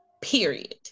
Period